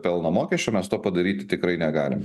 pelno mokesčio mes to padaryti tikrai negalim